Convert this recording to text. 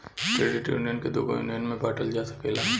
credit union के दुगो union में बॉटल जा सकेला